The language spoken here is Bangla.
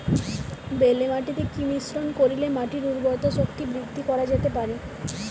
বেলে মাটিতে কি মিশ্রণ করিলে মাটির উর্বরতা শক্তি বৃদ্ধি করা যেতে পারে?